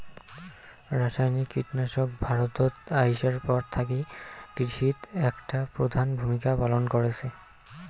রাসায়নিক কীটনাশক ভারতত আইসার পর থাকি কৃষিত একটা প্রধান ভূমিকা পালন করসে